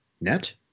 net